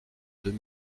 deux